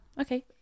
Okay